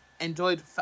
enjoyed